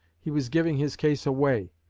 he was giving his case away.